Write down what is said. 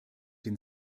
den